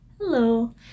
Hello